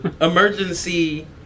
emergency